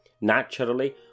Naturally